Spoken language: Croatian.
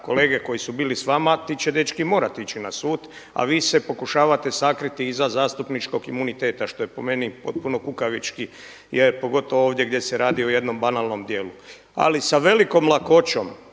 kolege koji su bili s vama ti će dečki morati ići na sud, a vi se pokušavate sakriti iza zastupničkog imunitete što je po meni potpuno kukavički jer pogotovo ovdje gdje se radi o jednom banalnom dijelu. Ali sa velikom lakoćom